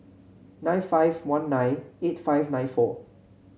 nine five one nine eight five nine four